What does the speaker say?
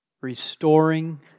restoring